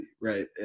right